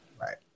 Right